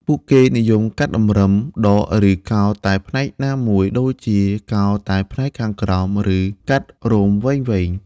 ពួកគេនិយមកាត់តម្រឹម ដក ឬកោរតែផ្នែកណាមួយ (ដូចជាកោរតែផ្នែកខាងក្រោម ឬកាត់រោមវែងៗ)។